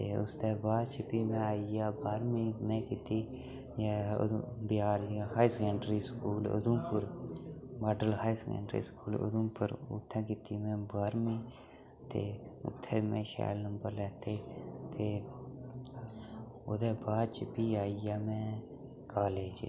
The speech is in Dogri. ते उस दे बाद च भी में आइया बाह्रमीं में कीती उधमपुर बजार high secondary school Udhampur model high secondary school Udhampur उ'त्थें कीती में बाह्रमीं ते उत्थें में शैल नंबर लैत्ते ते ओह्दे बाद च भी आइया में कॉलेज़